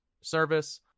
service